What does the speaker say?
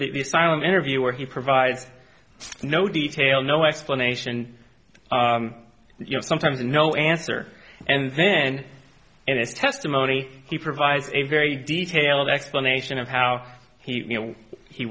asylum interview where he provides no detail no explanation you know sometimes no answer and then in this testimony he provides a very detailed explanation of how he you know he